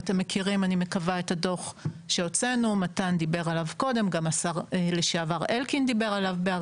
אתם מכירים את הדוח שמתן דיבר עליו קודם וגם השר אלקין דיבר עליו.